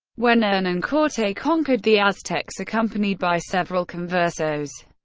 when hernan cortes conquered the aztecs, accompanied by several conversos.